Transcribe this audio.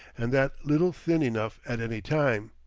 and that little thin enough at any time.